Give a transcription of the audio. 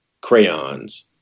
crayons